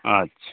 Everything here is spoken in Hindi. अच्छा